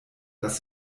dass